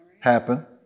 happen